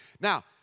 Now